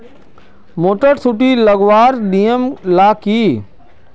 Motor सुटी लगवार नियम ला की?